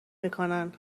میکنن